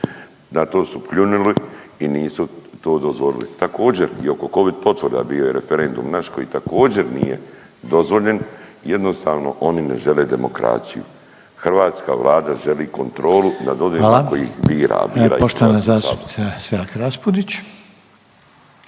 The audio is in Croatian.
na to su pljunili i nisu to dozvolili. Također, i oko covid potvrda bio je referendum naš koji također, nije dozvoljen, jednostavno ini ne žele demokraciju. Hrvatska Vlada želi kontrolu nad onima koji ih biraju, .../Upadica: Hvala. /...